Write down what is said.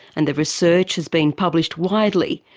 and their research has been published widely,